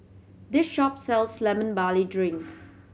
this shop sells Lemon Barley Drink